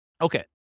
Okay